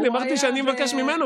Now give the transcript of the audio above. אני אמרתי שאני אבקש ממנו,